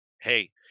hey